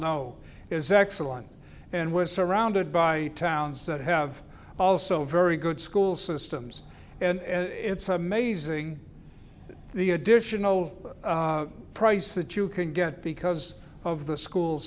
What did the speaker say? know is excellent and was surrounded by towns that have also very good school systems and it's amazing the additional price that you can get because of the school